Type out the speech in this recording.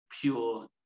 pure